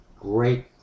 great